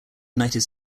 united